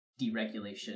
deregulation